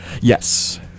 Yes